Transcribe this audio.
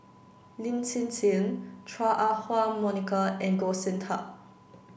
lin Hsin Hsin Chua Ah Huwa Monica and Goh Sin Tub